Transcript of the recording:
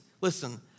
Listen